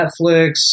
Netflix